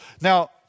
now